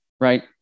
right